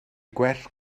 gwell